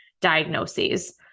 diagnoses